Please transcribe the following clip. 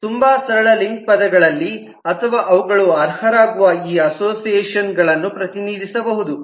ತುಂಬಾ ಸರಳ ಲಿಂಕ್ ಪದಗಳಲ್ಲಿ ಅಥವಾ ಅವುಗಳು ಅರ್ಹರಾಗುವ ಈ ಅಸೋಸಿಯೇಷನ್ ಗಳನ್ನು ಪ್ರತಿನಿಧಿಸಬಹುದು